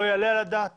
לא יעלה על הדעת